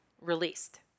released